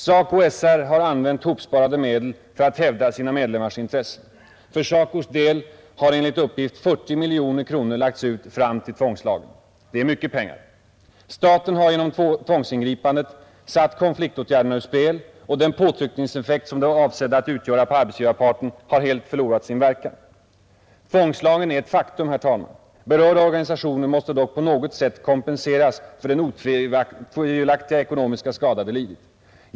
SACO och SR har använt hopsparade medel för att hävda sina medlemmars intressen — för SACOs del har enligt uppgift 40 miljoner kronor lagts ut fram till tvångslagen. Det är mycket pengar! Staten har genom tvångsingripandet satt konfliktåtgärderna ur spel, och den påtryckningseffekt som de var avsedda att utgöra på arbetsgivarparten har helt förlorat sin verkan. Tvångslagen är ett faktum, herr talman. Berörda organisationer måste dock på något sätt kompenseras för den otvivelaktiga ekonomiska skada de lidit.